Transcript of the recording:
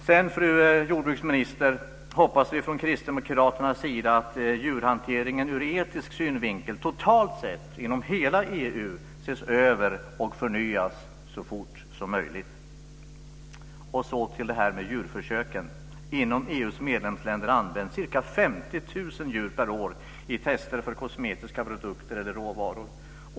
Sedan, fru jordbruksminister, hoppas vi från kristdemokraternas sida att djurhanteringen ur etisk synvinkel totalt sett, inom hela EU, ses över och förnyas så fort som möjligt. Jag ska därefter gå över till djurförsöken. Inom EU:s medlemsländer används ca 50 000 djur per år i test för kosmetiska produkter eller råvaror.